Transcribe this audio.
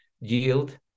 yield